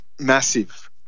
massive